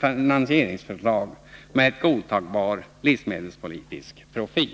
finansieringsförslag med en godtagbar livsmedelspolitisk profil.